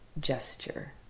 gesture